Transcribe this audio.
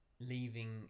Leaving